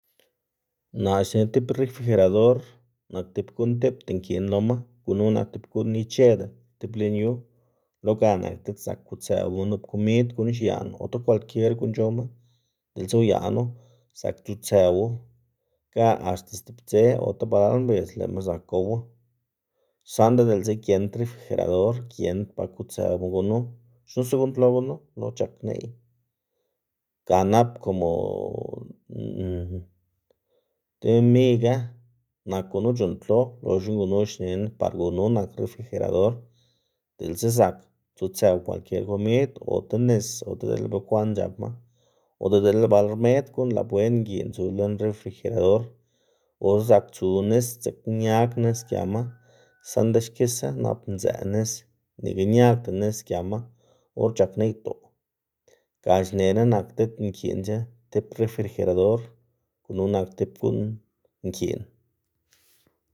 Naꞌ xne tib refrigerador nak tib guꞌn tipta nkiꞌn loma, gunu nak tib guꞌn icheda tib lën yu, lo ga nak diꞌt zak kutsëwma nup komid guꞌn xiaꞌn ota kwalkier guꞌn c̲h̲owma diꞌltsa uyaꞌnu zak tsutsëwu ga axta stib dze ota balal mbidz lëꞌma zakga gowu, saꞌnda diꞌltsa giend refrigerador giend ba kutsëwma gunu xnusa guꞌnntlo gunu lo c̲h̲ak neꞌy, ga nap komo demiga nak gunu c̲h̲uꞌnntlo, loxna gunu xnená par gunu nak refrigerador diꞌltsa zak tsutsëw kalkier komid ota nis dele bekwaꞌn c̲h̲apma ota dele ba rmed guꞌn laboen nkiꞌn tsu lën refrigerador ota zak tsu nis dzekna ñag nis giama, saꞌnda xkisa nap ndzëꞌ nis nika ñagda nis giama or c̲h̲ak neꞌydoꞌ. Ga xnená nak diꞌt nkiꞌnc̲h̲a tib refrigerador gunu nak tib gu'n nki'n.